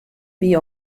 wie